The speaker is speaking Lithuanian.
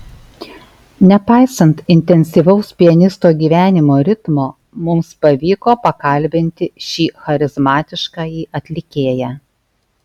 nepaisant intensyvaus pianisto gyvenimo ritmo mums pavyko pakalbinti šį charizmatiškąjį atlikėją